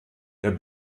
der